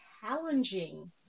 challenging